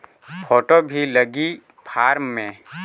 Photo भी लगी form मे?